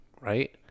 right